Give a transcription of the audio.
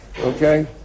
okay